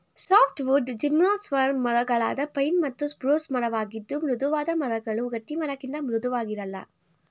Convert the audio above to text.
softwood gymnosperm ಮರಗಳಾದ pine ಮತ್ತು spruce ಮರವಾಗಿದ್ದು ಮೃದುವಾದ ಮರಗಳು ಗಟ್ಟಿಮರಕ್ಕಿಂತ ಮೃದುವಾಗಿರಲ್ಲ